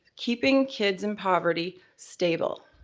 keeping kids in poverty stable